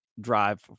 drive